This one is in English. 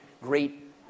great